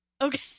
Okay